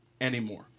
anymore